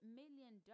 million